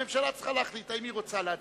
הממשלה צריכה להחליט, אם היא רוצה להחליט.